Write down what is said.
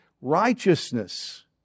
righteousness